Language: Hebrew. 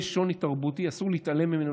יש שוני תרבותי, אסור להתעלם ממנו.